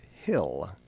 Hill